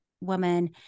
Woman